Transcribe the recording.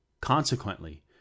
Consequently